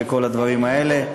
וכל הדברים האלה.